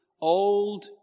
Old